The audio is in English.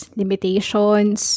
limitations